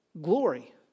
glory